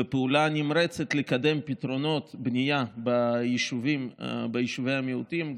פעולה נמרצת לקדם פתרונות בנייה ביישובי המיעוטים,